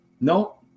No